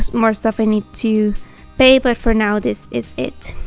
more stuff i need to pay but for now. this is it